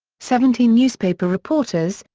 seventeen newspaper reporters,